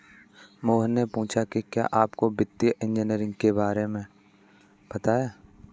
मोहनीश ने पूछा कि क्या आपको वित्तीय इंजीनियरिंग के बारे में पता है?